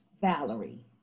Valerie